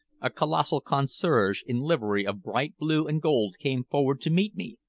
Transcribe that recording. a colossal concierge in livery of bright blue and gold came forward to meet me,